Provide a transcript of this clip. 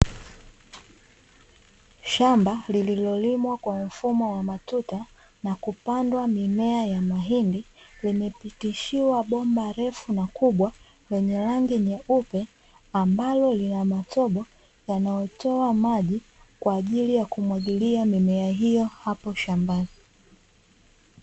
Shamba lililolimwa kwa mfumo wa matuta na kupandwa mimea ya mahindi, limepitishiwa bomba refu na kubwa, lenye rangi nyeupe, ambalo lina matobo yanayotoa maji, kwa ajili ya kumwagilia mimea hiyo hapo shambani.